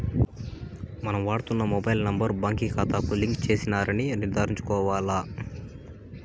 మనం వాడుతున్న mobile number బాంకీ కాతాకు లింక్ చేసినారని నిర్ధారించుకోవాల్ల